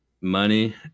money